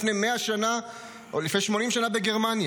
לפני 100 שנה או לפני 80 שנה בגרמניה.